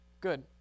good